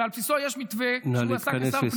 ועל בסיסו יש מתווה שהוא נתן כשר פנים.